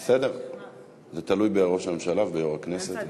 זה תלוי בראש הממשלה ויו"ר הכנסת,